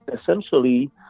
essentially